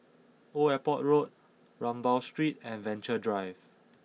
Old Airport Road Rambau Street and Venture Drive